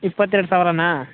ಇಪ್ಪತ್ತೆರಡು ಸಾವಿರನಾ